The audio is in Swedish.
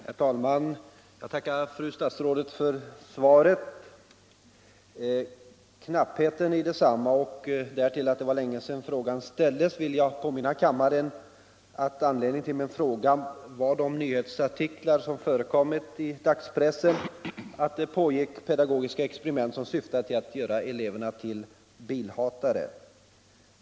Herr talman! Jag tackar fru statsrådet för svaret. På grund av svarets knapphändighet och eftersom det därtill var länge sedan frågan ställdes vill jag påminna kammaren om att anledningen till min fråga var de nyhetsartiklar som förekom i dagspressen om att det pågick pedagogiska experiment som syftade till att göra eleverna till ”bilhatare”.